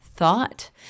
thought